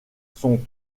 son